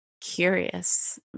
curious